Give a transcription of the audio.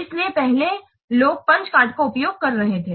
इसलिए पहले लोग पंच कार्ड का उपयोग कर रहे थे